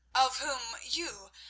of whom you,